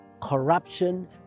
corruption